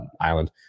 island